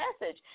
message